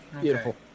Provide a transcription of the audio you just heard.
Beautiful